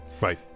right